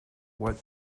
what